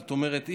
זאת אומרת,